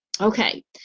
okay